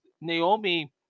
Naomi